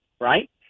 right